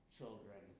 children